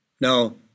Now